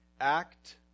Act